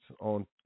on